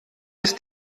ist